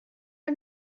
این